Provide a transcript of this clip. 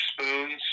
spoons